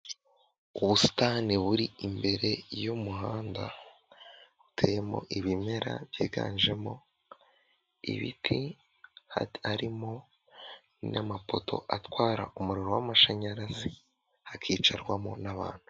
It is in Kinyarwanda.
Ubusitani buri imbere y'umuhanda uteyemo ibimera byiganjemo ibiti, harimo n'amapoto atwara umuriro w'amashanyarazi, hakicawamo n'abantu.